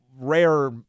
rare